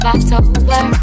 October